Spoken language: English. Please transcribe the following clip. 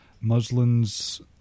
muslins